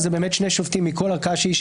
זה באמת שני שופטים מכל ערכאה שהיא,